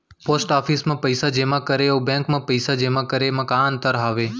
post office मा पइसा जेमा करे अऊ बैंक मा पइसा जेमा करे मा का अंतर हावे